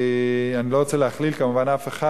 אני לא רוצה להכליל כמובן אף אחד,